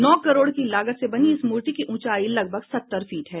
नौ करोड़ की लागत से बनी इस मूर्ति की ऊंचाई लगभग सत्तर फीट है